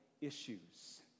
issues